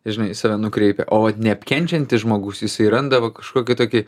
žinai jis save nukreipia o vat neapkenčiantis žmogus jisai randa va kažkokį tokį